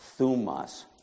thumas